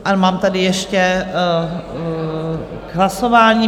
A mám tady ještě k hlasování?